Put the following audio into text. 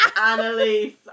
Annalise